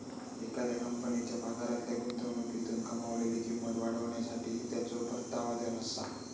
एखाद्या कंपनीच्या बाजारातल्या गुंतवणुकीतून कमावलेली किंमत वाढवण्यासाठी त्याचो परतावा दर आसा